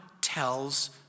tells